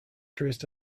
dressed